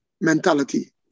mentality